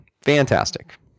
fantastic